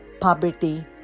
poverty